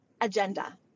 agenda